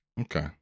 Okay